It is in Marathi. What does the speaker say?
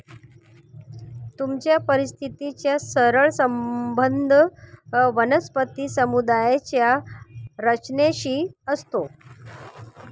तणाच्या परिस्थितीचा सरळ संबंध वनस्पती समुदायाच्या रचनेशी असतो